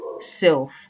self